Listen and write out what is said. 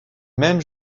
même